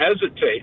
hesitate